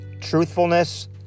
truthfulness